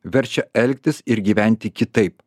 verčia elgtis ir gyventi kitaip